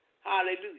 hallelujah